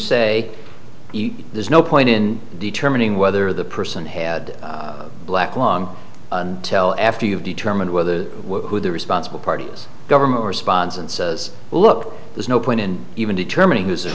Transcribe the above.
say there's no point in determining whether the person had black lung until after you've determined whether the who the responsible parties government responds and says look there's no point in even determining